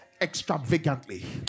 extravagantly